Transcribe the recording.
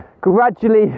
gradually